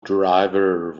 driver